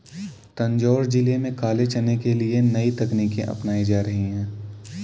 तंजौर जिले में काले चने के लिए नई तकनीकें अपनाई जा रही हैं